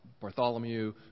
Bartholomew